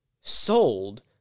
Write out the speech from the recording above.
sold